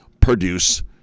produce